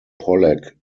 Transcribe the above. pollack